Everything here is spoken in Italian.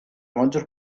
maggior